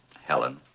Helen